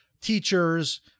teachers